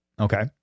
Okay